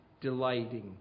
delighting